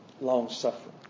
long-suffering